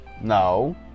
No